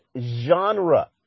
genre